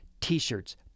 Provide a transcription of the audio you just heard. t-shirts